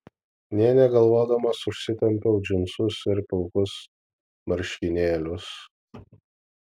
nė negalvodamas užsitempiau džinsus ir pilkus marškinėlius